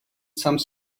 some